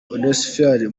onesphore